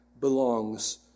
belongs